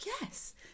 yes